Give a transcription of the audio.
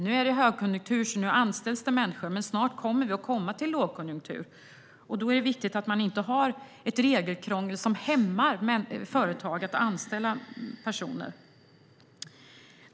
Nu är det högkonjunktur, så nu anställs människor, men snart kommer vi att komma till lågkonjunktur, och då är det viktigt att man inte har krångliga regelverk som hämmar företag att anställa personer.